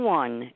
one